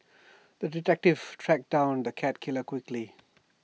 the detective tracked down the cat killer quickly